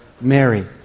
Mary